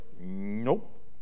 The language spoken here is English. Nope